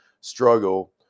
struggle